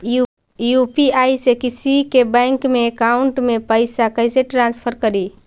UPI से किसी के बैंक अकाउंट में पैसा कैसे ट्रांसफर करी?